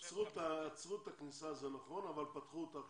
זה נכון שעצרו את הכניסה אבל עכשיו פתחו אותה,